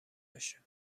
باشه